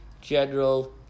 general